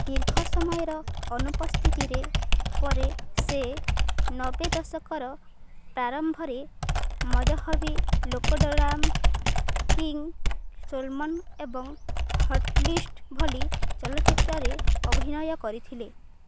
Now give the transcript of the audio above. ଦୀର୍ଘ ସମୟର ଅନୁପସ୍ଥିତିରେ ପରେ ସେ ନବେ ଦଶକର ପାରମ୍ଭରେ ମଜହବିଲକୋଡାରମ୍ କିଙ୍ଗ୍ ସୋଲୋମନ ଏବଂ ହିଟ୍ ଲିଷ୍ଟ୍ ଭଳି ଚଳଚ୍ଚିତ୍ରରେ ଅଭିନୟ କରିଥିଲେ